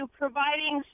providing